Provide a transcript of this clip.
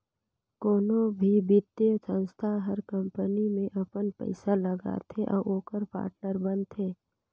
कोनो भी बित्तीय संस्था हर कंपनी में अपन पइसा लगाथे अउ ओकर पाटनर बनथे